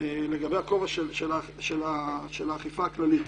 מה שנשאל לגבי הכובע של האכיפה הכללית.